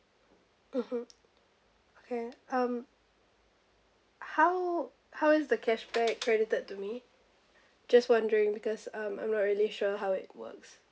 mmhmm okay um how how is the cashback credited to me just wondering because um I'm not really sure how it works